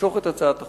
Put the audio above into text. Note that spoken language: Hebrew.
תמשוך את הצעת החוק,